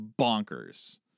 bonkers